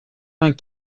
vingt